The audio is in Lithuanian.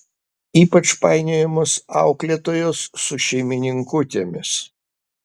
ypač painiojamos auklėtojos su šeimininkutėmis